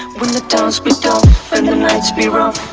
when the times be tough and nights be rough